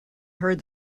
heard